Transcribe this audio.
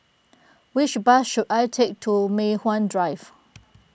which bus should I take to Mei Hwan Drive